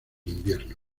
invierno